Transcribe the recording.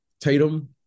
Tatum